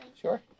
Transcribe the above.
Sure